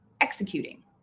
executing